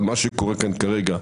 על מה שקורה כאן כרגע,